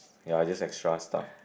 are just extra stuff